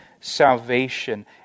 salvation